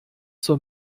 zur